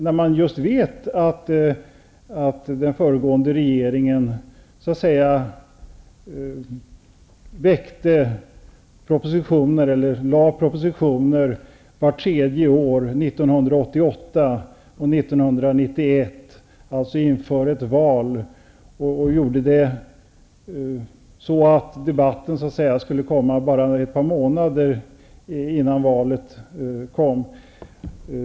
Det är ju bekant att föregående regering lade fram propositioner med tre års mellanrum: 1988 och 1991, alltså inför ett val. Man gjorde så för att debatten skulle komma bara ett par månader före aktuella val.